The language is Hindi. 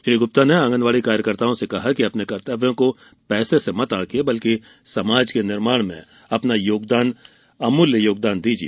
श्री गुप्ता ने आँगनबाड़ी कार्यकर्ताओं से कहा कि अपने कर्तव्यों को पैसे से मत आंकिए समाज के निर्माण में आपका योगदान अमूल्य है